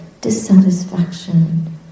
dissatisfaction